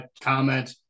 comment